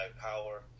power